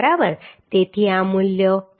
તેથી આ મૂલ્યો 552